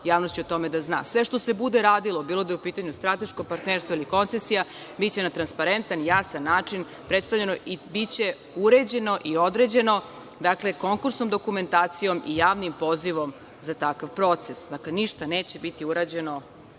javnost će o tome da zna. Sve što se bude radilo bilo da je u pitanju strateško partnerstvo ili koncesija biće na transparentan, jasan način predstavljeno i biće uređeno i određeno, dakle, konkursom, dokumentacijom i javnim pozivom za takav proces. Dakle, ništa neće biti urađeno